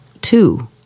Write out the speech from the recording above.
two